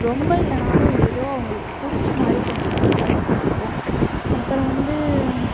ரொம்ப இல்லைனாலும் ஏதோ அவங்களுக்கு பிடிச்சமாதிரி கொஞ்சம் செஞ்சா நல்லா இருக்கும் அப்புறம் வந்து